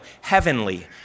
heavenly